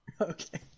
Okay